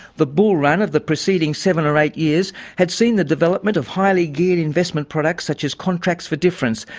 the bull run of the preceding seven or eight years had seen the development of highly geared investment products such as contracts for difference,